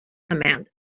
command